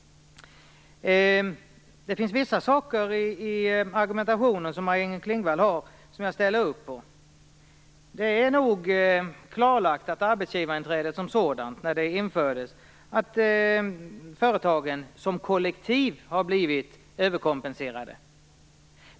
Vissa saker i Maj-Inger Klingvalls argumentation ställer jag upp på. Det är nog klarlagt att arbetsgivarinträdet som sådant sedan det infördes har inneburit att arbetsgivarna som kollektiv har blivit överkompenserade.